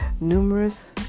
Numerous